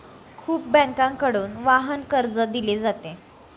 खूप बँकांकडून वाहन कर्ज दिले जाते